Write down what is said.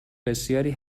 بسیاری